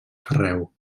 carreu